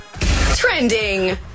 Trending